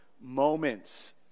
moments